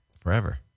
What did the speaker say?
forever